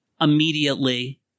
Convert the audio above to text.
immediately